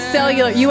Cellular